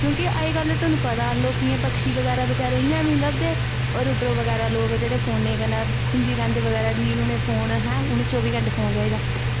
क्योंकि तुहानू पता ऐ कि लोकें गी पक्षी बगैरा इयां बीा नेंई लब्भदे और उप्परा बगैरा लोग फोने बगैरा कन्नैं उनें चौह्बी घैंटे फोन चाही दा